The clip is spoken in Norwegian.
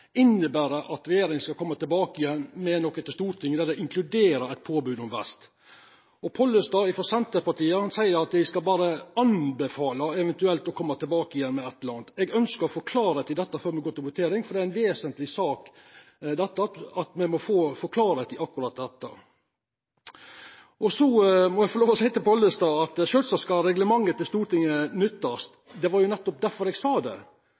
at regjeringa skal koma tilbake igjen med noko til Stortinget, der dei inkluderer eit påbod om vest. Pollestad frå Senterpartiet seier at dei berre skal anbefala eventuelt å koma tilbake med eit eller anna. Eg ønskjer å få klarleik i dette før me går til votering, for det er ei vesentleg sak. Me må få klarleik i akkurat dette. Så må eg få seia til Pollestad at ein sjølvsagt skal nytta reglementet til Stortinget. Det var jo nettopp derfor eg sa det,